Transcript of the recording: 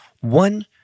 one